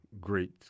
great